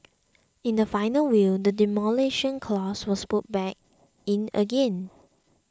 in the final will the Demolition Clause was put back in again